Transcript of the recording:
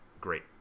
great